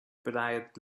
bright